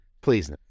Please